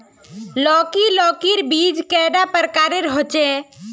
लौकी लौकीर बीज कैडा प्रकारेर होचे?